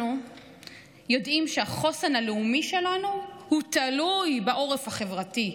אנחנו יודעים שהחוסן הלאומי שלנו תלוי בעורף החברתי,